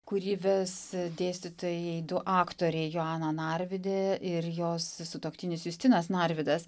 kurį ves dėstytojai du aktoriai joana narvydė ir jos sutuoktinis justinas narvidas